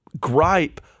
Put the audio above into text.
gripe